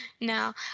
now